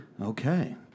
Okay